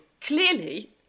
clearly